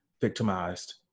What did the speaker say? victimized